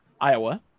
Iowa